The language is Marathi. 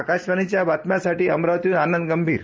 आकाशवाणी बातम्यांसाठी अमरावतीहन मी आनंद गंभीर